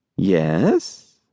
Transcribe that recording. Yes